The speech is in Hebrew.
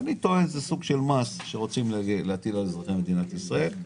אני טוען שזה סוג של מס שרוצים להטיל על אזרחי מדינת ישראל,